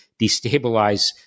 destabilize